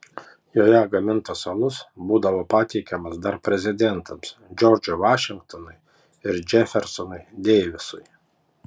joje gamintas alus būdavo patiekiamas dar prezidentams džordžui vašingtonui ir džefersonui deivisui